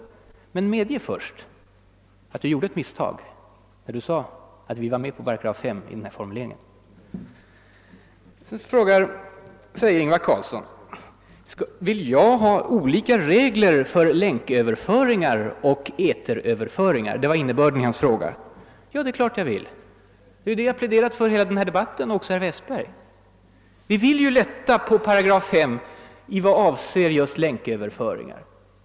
Men, herr statsråd, medge först att Ni gjorde ett misstag, när Ni sade att vi var med på 9 §i dess nuvarande formulering. Sedan frågar statsrådet Carlsson om jag vill ha olika regler för länköverföringar och eteröverföringar. Det är klart att jag vill. Det är det jag, och även herr Westberg, pläderat för i hela denna debatt. Vi vill lätta på 5 § i vad avser just länköverföringar.